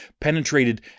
penetrated